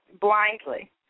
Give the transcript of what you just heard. blindly